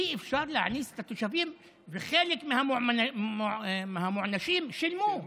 אי-אפשר להעניש את התושבים, וחלק מהמוענשים שילמו.